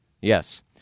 Yes